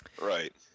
Right